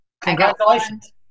Congratulations